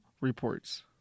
reports